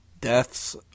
deaths